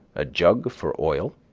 a jug for oil,